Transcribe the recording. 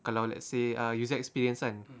kalau let's say err user experience kan